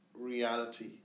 reality